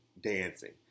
dancing